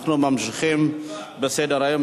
אנחנו ממשיכים בסדר-היום.